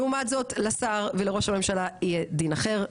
לעומת זאת לשר ולראש הממשלה יהיה דין אחר,